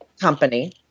company